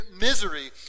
misery